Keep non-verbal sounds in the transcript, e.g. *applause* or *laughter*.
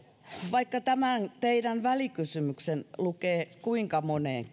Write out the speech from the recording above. vaikka tämän teidän välikysymyksenne lukee kuinka moneen *unintelligible*